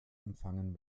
empfangen